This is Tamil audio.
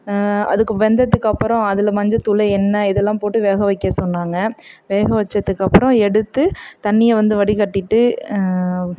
அதுக்கு வெந்ததுக்கப்புறோம் அதில் மஞ்சள் தூள் எண்ணெய் இதெல்லாம் போட்டு வேக வைக்க சொன்னாங்க வேக வைச்சதுக்கப்பறோம் எடுத்து தண்ணியை வந்து வடிகட்டிவிட்டு